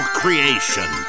creation